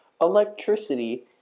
Electricity